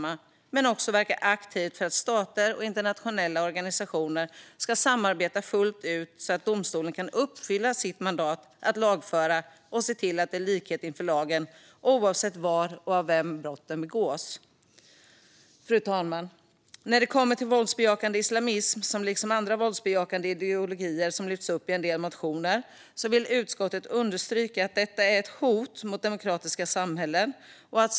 Men vi ska också verka aktivt för att stater och internationella organisationer ska samarbeta fullt ut så att domstolen kan uppfylla sitt mandat att lagföra och se till att likhet inför lagen gäller, oavsett var och av vem brotten begås. Fru talman! När det kommer till våldsbejakande islamism som liksom andra våldsbejakande ideologier lyfts upp i en del motioner vill utskottet understryka att detta är ett hot mot demokratiska samhällen.